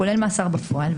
כולל מאסר בפועל,